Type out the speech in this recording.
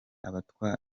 abatwa